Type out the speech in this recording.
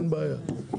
אין בעיה,